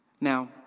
Now